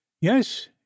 Yes